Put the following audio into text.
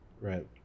right